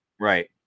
Right